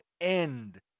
end